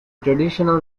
traditional